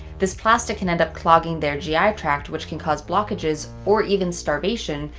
this plastic can end up clogging their gi tract which can cause blockages or even starvation,